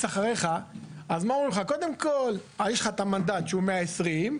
אחריך אומרים לך שיש את המנדט שהוא 150,